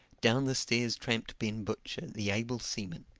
down the stairs tramped ben butcher, the able seaman.